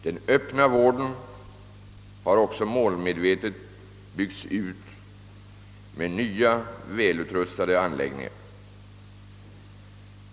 Den öppna vården har också målmedvetet byggts ut med nya, välutrustade anläggningar.